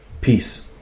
Peace